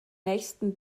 nächsten